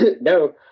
No